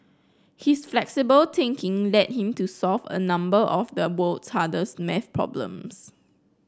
his flexible thinking led him to solve a number of the world's hardest maths problems